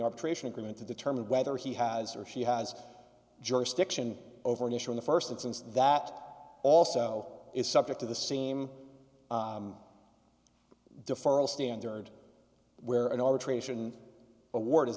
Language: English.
arbitration agreement to determine whether he has or she has jurisdiction over an issue in the first instance that also is subject to the same deferral standard where an a